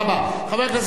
חבר הכנסת ברוורמן,